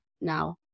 now